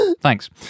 Thanks